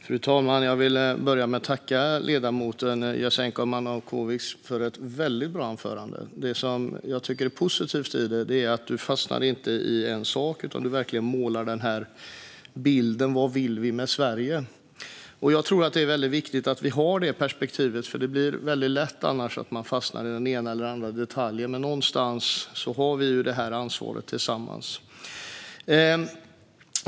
Fru talman! Jag vill börja med att tacka ledamoten Jasenko Omanovic för ett väldigt bra anförande. Det som jag tycker är positivt i det är att du inte fastnar i en sak, utan du målar verkligen upp bilden av vad vi vill med Sverige. Jag tror att det är viktigt att vi har det perspektivet. Annars blir det lätt att man fastnar i den ena eller andra detaljen. Men någonstans har vi ju detta ansvar tillsammans.